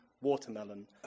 watermelon